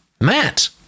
Matt